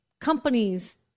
companies